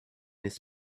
his